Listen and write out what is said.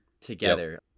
together